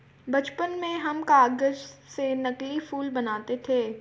बचपन में हम कागज से नकली फूल बनाते थे